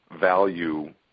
value